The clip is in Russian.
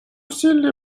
усилили